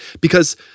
because-